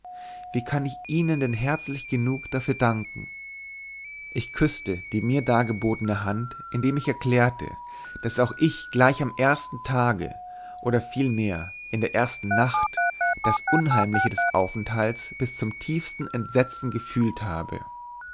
wie kann ich ihnen denn herzlich genug dafür danken ich küßte die mir dargebotenen hand indem ich erklärte daß auch ich gleich am ersten tage oder vielmehr in der ersten nacht das unheimliche des aufenthalts bis zum tiefsten entsetzen gefühlt habe